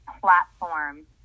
platform